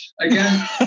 Again